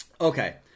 Okay